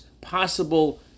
possible